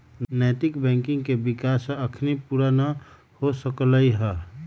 नैतिक बैंकिंग के विकास अखनी पुरा न हो सकलइ ह